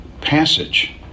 passage